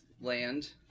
land